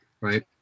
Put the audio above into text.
right